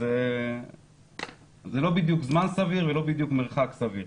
זה לא בדיוק זמן סביר ולא בדיוק מרחק סביר,